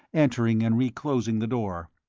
entering and reclosing the door,